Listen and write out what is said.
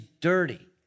dirty